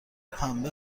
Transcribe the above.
پنبه